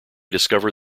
discover